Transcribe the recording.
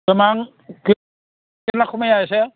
दामा खमायगोनना खमाया एसे